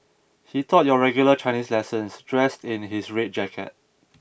he taught your regular Chinese lessons dressed in his red jacket